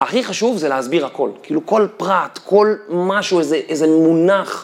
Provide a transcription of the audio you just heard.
הכי חשוב זה להסביר הכל, כאילו כל פרט, כל משהו, איזה מונח.